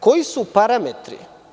Koji su parametri?